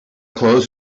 clothes